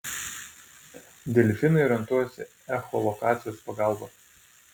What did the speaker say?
delfinai orientuojasi echolokacijos pagalba